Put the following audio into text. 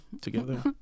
Together